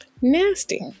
nasty